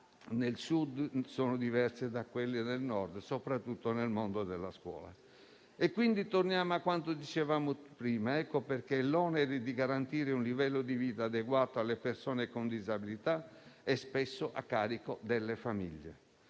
nel Sud è diversa da quella del Nord, soprattutto nel mondo della scuola. Torniamo a quanto dicevamo prima. L'onere di garantire un livello di vita adeguato alle persone con disabilità è spesso a carico delle famiglie.